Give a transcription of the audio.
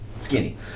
Skinny